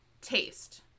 taste